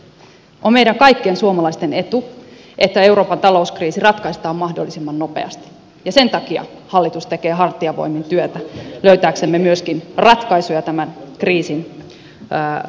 on meidän kaikkien suomalaisten etu että euroopan talouskriisi ratkaistaan mahdollisimman nopeasti ja sen takia hallitus tekee hartiavoimin työtä löytääkseen myöskin ratkaisuja tämän kriisin helpottamiseen